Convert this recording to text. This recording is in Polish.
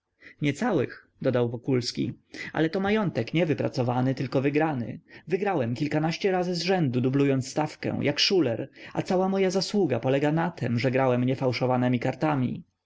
niecałych dodał wokulski ale to majątek nie wypracowany tylko wygrany wygrałem kilkanaście razy z rzędu dublując stawkę jak szuler a cała moja zasługa polega na tem że grałem nie fałszowanemi kartami